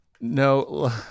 No